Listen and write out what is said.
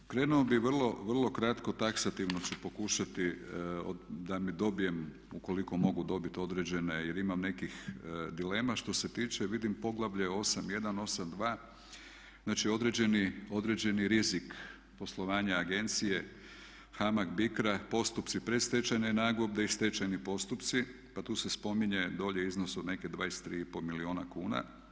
Krenuo bih vrlo kratko taksativno ću pokušati, da … dobijem, ukoliko mogu dobiti određene, jer imam nekih dilema što se tiče, vidim poglavlje 8., 1.8.2. znači određeni, određeni rizik poslovanja agencije HAMAG BICRO-a postupci predstečajne nagodbe i stečajni postupci pa tu se spominje dolje iznos od nekih 23,5 milijuna kuna.